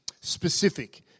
specific